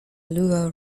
luo